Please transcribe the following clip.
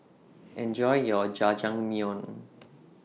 Enjoy your Jajangmyeon